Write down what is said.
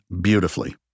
beautifully